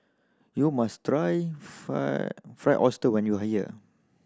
you must try fried Fried Oyster when you are here